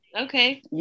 okay